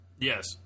Yes